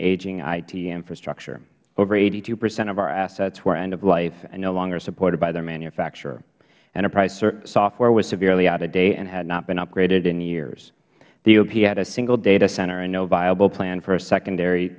aging it infrastructure over eighty two percent of our assets were end of life and no longer supported by their manufacturer enterprise software was severely out of date and had not been updated in years the eop had a single data center and no viable plan for a secondary